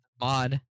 mod